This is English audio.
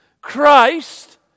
Christ